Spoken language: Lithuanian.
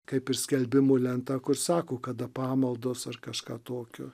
kaip ir skelbimų lenta kur sako kada pamaldos ar kažką tokio